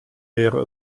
wäre